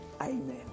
Amen